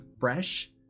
fresh